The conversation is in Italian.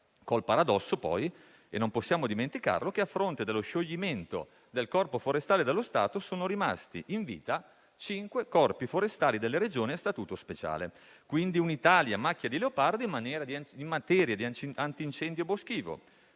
col paradosso poi - non possiamo dimenticarlo - che, a fronte dello scioglimento del Corpo forestale dello Stato, sono rimasti in vita cinque corpi forestali delle Regioni a Statuto speciale. Abbiamo quindi un'Italia a macchia di leopardo in materia di antincendio boschivo,